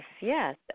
yes